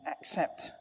accept